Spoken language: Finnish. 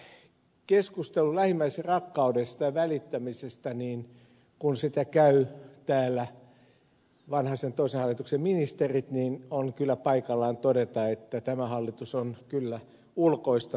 kun tätä keskustelua lähimmäisenrakkaudesta ja välittämisestä käyvät täällä vanhasen toisen hallituksen ministerit on kyllä paikallaan todeta että tämä hallitus on ulkoistanut tuon välittämisen